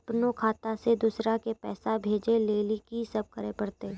अपनो खाता से दूसरा के पैसा भेजै लेली की सब करे परतै?